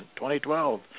2012